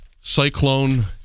cyclone